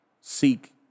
seek